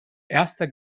erster